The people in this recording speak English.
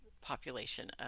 population